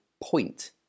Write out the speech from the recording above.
point